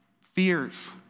fears